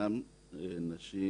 ישנן נשים,